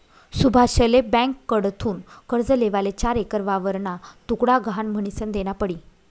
सुभाषले ब्यांककडथून कर्ज लेवाले चार एकर वावरना तुकडा गहाण म्हनीसन देना पडी